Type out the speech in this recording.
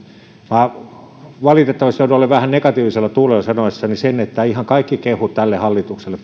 valitettavasti joudun olemaan vähän negatiivisella tuulella sanoessani sen että ihan kaikki kehut tälle hallitukselle